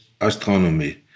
astronomy